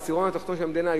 בעשירון התחתון של המדינה,